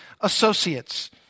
associates